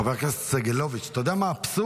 חבר הכנסת סגלוביץ', אתה יודע מה האבסורד?